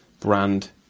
Brand